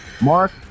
Mark